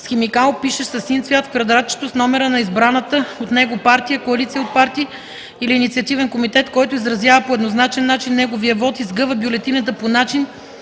с химикал, пишещ със син цвят, в квадратчето с номера на избраната от него партия, коалиция от партии или инициативен комитет, който изразява по еднозначен начин неговия вот, и сгъва бюлетината по начин,